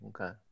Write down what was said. okay